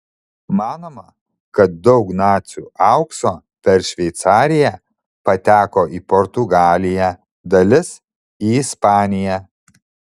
manoma kad daug nacių aukso per šveicariją pateko į portugaliją dalis į ispaniją